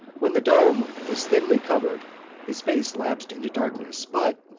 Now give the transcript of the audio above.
when the dome was thinly covered his face lapsed into darkness but,